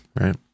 right